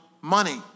money